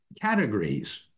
categories